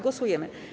Głosujemy.